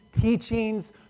teachings